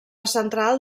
central